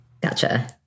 Gotcha